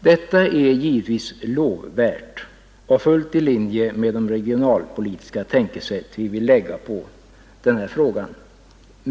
Detta är givetvis lovvärt och fullt i linje med de regionalpolitiska strävanden vi har i denna fråga.